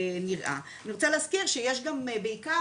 אני רוצה להזכיר שיש בעיקר